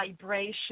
vibration